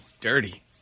dirty